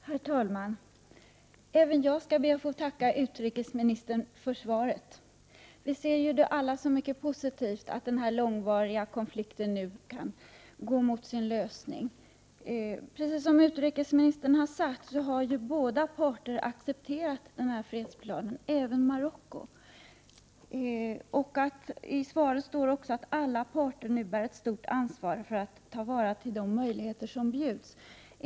Herr talman! Även jag skall be att få tacka utrikesministern för svaret. Vi ser alla det som mycket positivt att den här långvariga konflikten kan gå mot sin lösning. Precis som utrikesministern har sagt har båda parter, alltså även Marocko, accepterat den här fredsplanen. I svaret står det också att alla parter nu bär ett stort ansvar för att ta vara på de möjligheter som bjuds.